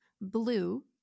blue